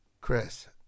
Chris